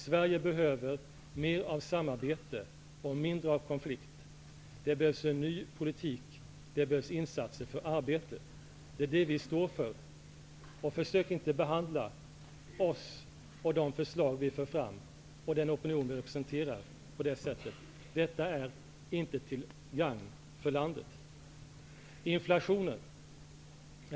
Sverige behöver mer av samarbete och mindre av konflikt. Det behövs en ny politik. Det behövs insatser för arbete. Det är det vi står för. Försök inte behandla oss eller de förslag som vi lägger fram och den opinion som vi representerar på det här sättet! Det är nämligen inte till gagn för landet. Så något om inflationen.